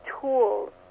tools